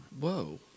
Whoa